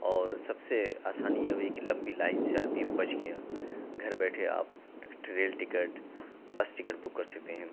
اور سب سے آسانی یہ ہوئی کہ لمبی لائن سے آدمی بچ کے یہاں گھر بیٹھے آپ rail ticket bus ticket book کر سکتے ہیں